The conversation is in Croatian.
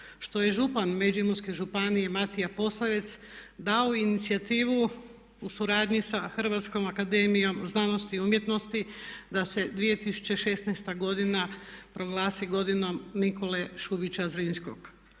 što je župan Međimurske županije Matija Posavec dao inicijativu u suradnji sa HAZU-om da se 2016. godina proglasi godinom Nikole Šubića Zrinskog.